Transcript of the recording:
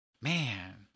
Man